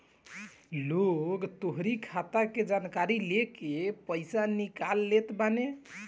लोग तोहरी खाता के जानकारी लेके पईसा निकाल लेत बाने